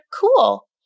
cool